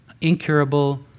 incurable